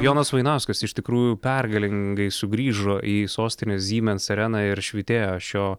jonas vainauskas iš tikrųjų pergalingai sugrįžo į sostinės siemens areną ir švytėjo šio